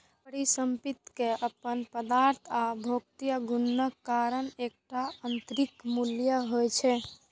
परिसंपत्ति के अपन पदार्थ आ भौतिक गुणक कारण एकटा आंतरिक मूल्य होइ छै